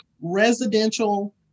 residential